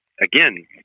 again